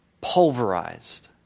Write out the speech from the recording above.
pulverized